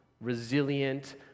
resilient